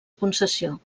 concessió